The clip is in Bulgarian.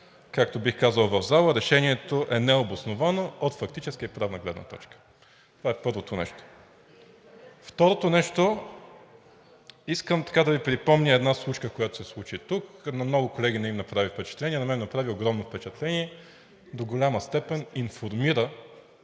Както бих казал в зала: „Решението е необосновано от фактическа и правна гледна точка.“ Това е първото нещо. Второто нещо, искам да Ви припомня една случка, която се случи тук – на много колеги не им направи впечатление, но на мен ми направи огромно впечатление – до голяма степен и информира